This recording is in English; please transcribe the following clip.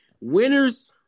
Winners